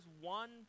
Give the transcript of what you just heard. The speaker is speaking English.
one